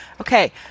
Okay